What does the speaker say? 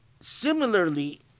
similarly